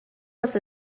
was